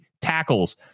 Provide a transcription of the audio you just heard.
tackles